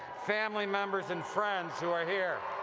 family members, and friends who are here